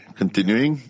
continuing